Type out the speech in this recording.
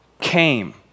came